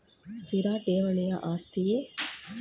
ಸ್ಥಿರ ಠೇವಣಿ ಆಸ್ತಿಯೇ?